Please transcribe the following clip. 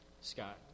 Scott